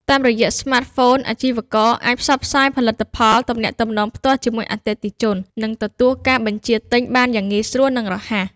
តាមរយៈស្មាតហ្វូន អាជីវករអាច ផ្សព្វផ្សាយផលិតផល ទំនាក់ទំនងផ្ទាល់ជាមួយអតិថិជន និងទទួលការបញ្ជាទិញបានយ៉ាងងាយស្រួល និងរហ័ស។